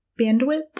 bandwidth